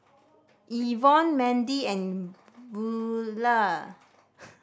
Evonne Mandi and Buelah